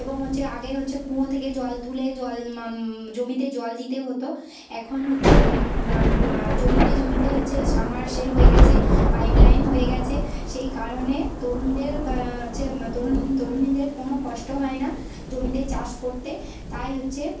এবং হচ্ছে আগে হচ্ছে কুঁয়ো থেকে জল তুলে জল জমিতে জল দিতে হতো এখন হচ্ছে জমিতে জমিতে যে সাব মার্শাল হয়ে গেছে পাইপ লাইন হয়ে গেছে সেই কারণে তরুণদের হচ্ছে তরুণ তরুণীদের কোনো কষ্ট হয় না জমিতে চাষ করতে তাই হচ্ছে